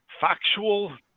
factual